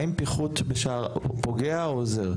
האם פיחות בשער פוגע או עוזר?